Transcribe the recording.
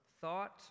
thought